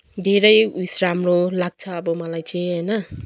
धेरै उयेस राम्रो लाग्छ अब मलाई चाहिँ होइन